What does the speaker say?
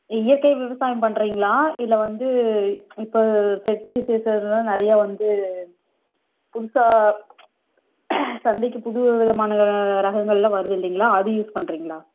இயற்கை விவசாயம் பண்ணுறிங்களா இல்லை வந்து இப்போ ஒரு பெர்டிலைசர்லாம் நிறைய வந்து புதுசாக சந்தைக்கு புதுவிதமான ரகங்கள்லாம் வருது இல்லைங்களா அது யூஸ் பண்ணுறீங்களா